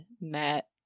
Matt